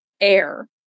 air